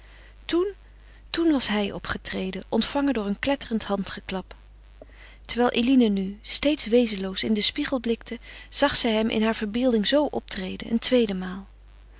toen toen was hij opgetreden ontvangen door een kletterend handgeklap terwijl eline nu steeds wezenloos in den spiegel blikte zag zij hem in haar verbeelding zoo optreden een tweede maal